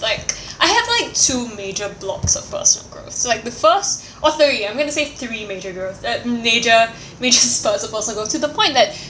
like I have like two major blocks of personal growth like the first or three I'm going to say three major growth uh major major pers~ personal growth to the point that